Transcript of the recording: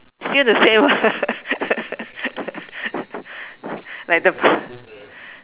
still the same ah like the